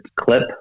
clip